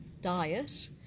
diet